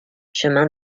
chemin